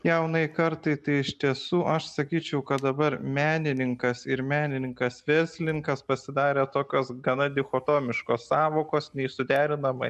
jaunai kartai tai iš tiesų aš sakyčiau kad dabar menininkas ir menininkas verslininkas pasidarė tokios gana dichotomiškos sąvokos nei suderinama